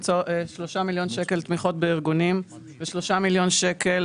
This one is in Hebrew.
3 מיליון שקלים תמיכות בארגונים ו-3 מיליון שקלים